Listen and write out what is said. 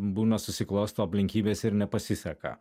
būna susiklosto aplinkybės ir nepasiseka